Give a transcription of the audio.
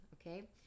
okay